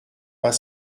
pas